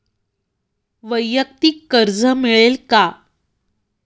वैयक्तिक कर्ज मिळेल का?